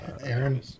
Aaron